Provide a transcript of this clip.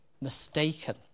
mistaken